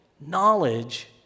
Knowledge